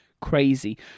crazy